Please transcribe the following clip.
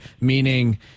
meaning